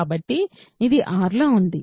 కాబట్టి ఇది R లో ఉంది